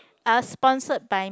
I was sponsored by me